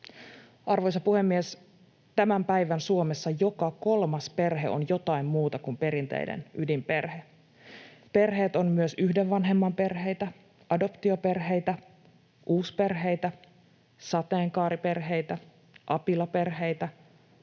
Arvoisa puhemies! Tämän päivän Suomessa joka kolmas perhe on jotain muuta kuin perinteinen ydinperhe. Perheet ovat myös yhden vanhemman perheitä, adoptioperheitä, uusperheitä, sateenkaariperheitä, apilaperheitä,